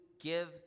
give